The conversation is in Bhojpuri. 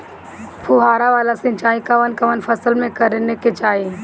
फुहारा वाला सिंचाई कवन कवन फसल में करके चाही?